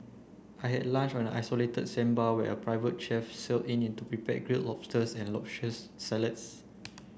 I had lunch on an isolated sandbar where a private chef sail in to prepare grill lobsters and luscious salads